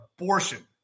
abortion